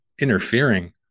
interfering